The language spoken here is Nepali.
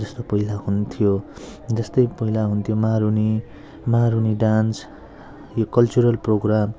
जस्तो पहिला हुन्थ्यो जस्तै पहिला हुन्थ्यो मारुनी मारुनी डान्स यो कल्चरल प्रोग्राम